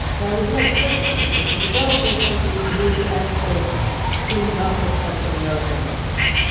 now there's no question that the developing countries need access to markets such as american markets.